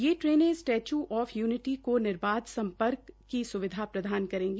ये train statue of unity को निबार्ध सम्पर्क की स्विधा प्रदान करेगी